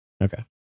Okay